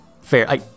Fair